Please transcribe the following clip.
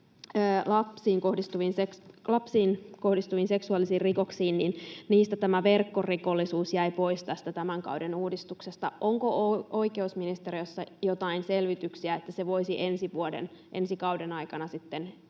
lapsiin kohdistuviin seksuaalisiin rikoksiin: Niistä verkkorikollisuus jäi pois tämän kauden uudistuksesta. Onko oikeusministeriössä joitain selvityksiä, että se voisi ensi kauden aikana sitten